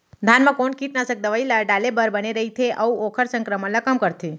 धान म कोन कीटनाशक दवई ल डाले बर बने रइथे, अऊ ओखर संक्रमण ल कम करथें?